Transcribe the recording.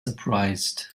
surprised